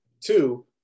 Two